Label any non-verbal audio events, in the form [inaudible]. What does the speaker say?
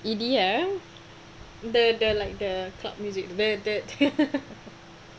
E_D_M the the like the club music [noise]